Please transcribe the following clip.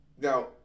Now